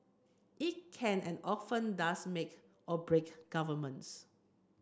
it can and often does make or break governments